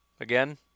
Again